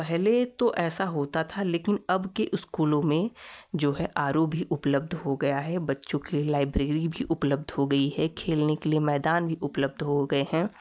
पहले तो ऐसा होता था लेकिन अब के स्कूलों में जो है आर ओ भी उपलब्ध हो गया है बच्चों के लिए लाइब्रेरी भी उपलब्ध हो गई है खेलने के लिए मैदान भी उपलब्ध हो गए हैं